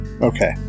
Okay